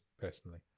personally